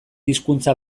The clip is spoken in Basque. hizkuntza